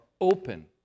open